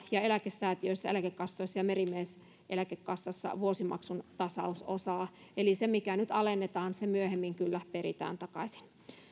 ja eläkesäätiöissä eläkekassoissa ja merimieseläkekassassa vuosimaksun tasausosaa eli se mikä nyt alennetaan myöhemmin kyllä peritään takaisin